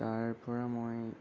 তাৰপৰা মই